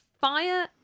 fire